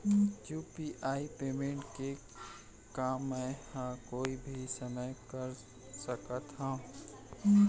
UPI payment का मैं ह कोई भी समय म कर सकत हो?